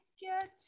get